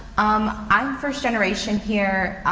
um, i'm first generation here, ah,